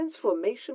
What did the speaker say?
transformation